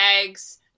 eggs